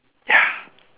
ya